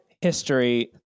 history